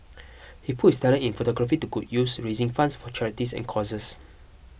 he put his talent in photography to good use raising funds for charities and causes